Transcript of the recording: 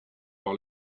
par